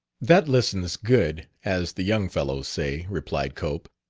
that listens good as the young fellows say, replied cope.